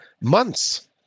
months